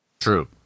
True